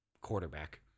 quarterback